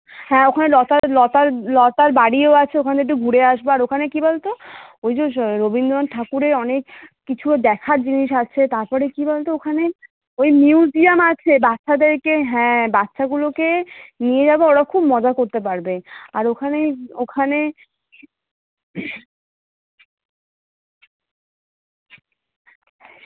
হ্যাঁ ওখানে লতার লতার লতার বাড়িও আছে ওখানে একটু ঘুরে আসবো আর ওখানে কী বলতো ওই যে স রবীন্দ্রনাথ ঠাকুরের অনেক কিছুও দেখার জিনিস আছে তারপরে কী বলতো ওখানে ওই মিউজিয়াম আছে বাচ্চাদেরকে হ্যাঁ বাচ্চাগুলোকে নিয়ে যাবো ওরা খুব মজা করতে পারবে আর ওখানে ওখানে